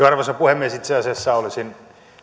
arvoisa puhemies itse asiassa olisin